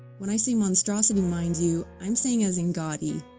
when i say monstrosity mind you i'm saying as in gaudy,